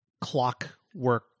clockwork